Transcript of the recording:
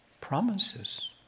promises